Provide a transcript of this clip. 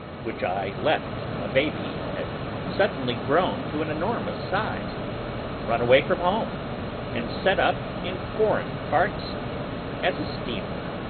which i left a baby, had suddenly grown to an enormous size run away from home and set up in foreign parts as a steamer.